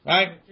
Right